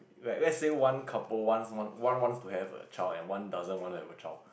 like let's say one couple one's one wants to have a child and one doesn't want to have a child